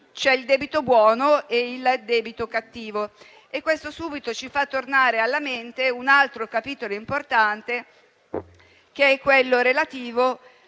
sono il debito buono e il debito cattivo. Questo subito ci fa tornare alla mente un altro capitolo importante, quello relativo,